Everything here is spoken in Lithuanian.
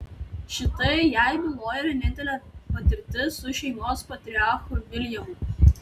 šitai jai bylojo vienintelė patirtis su šeimos patriarchu viljamu